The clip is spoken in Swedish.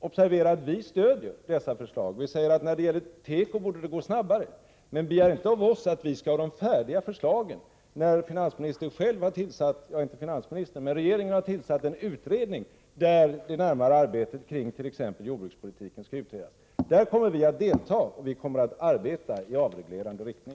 Observera att vi stöder de framlagda förslagen. Vi säger att det beträffande teko borde gå snabbare, men begär inte av oss att vi skall ha färdiga förslag, då regeringen har tillsatt en utredning där detaljerna beträffande t.ex. jordbrukspolitiken skall utredas. Där kommer vi att delta och arbeta i avreglerande riktning.